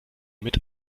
mit